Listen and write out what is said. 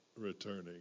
returning